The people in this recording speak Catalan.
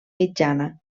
mitjana